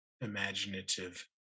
imaginative